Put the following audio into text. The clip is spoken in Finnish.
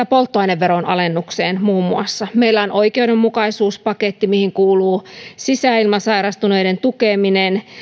polttoaineveron alennukseen muun muassa meillä on oikeudenmukaisuuspaketti mihin kuuluu sisäilmasairastuneiden tukeminen